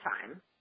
time